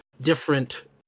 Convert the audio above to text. different